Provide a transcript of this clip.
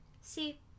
See